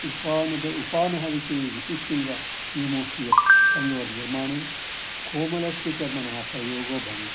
उपानः उपानः विषये विशिष्यैव नियमो अस्ति यत् तयोर्निर्माणे कोमलस्य चर्मणः प्रयोगो भवेत्